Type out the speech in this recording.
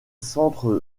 centre